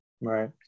right